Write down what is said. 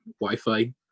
Wi-Fi